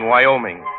Wyoming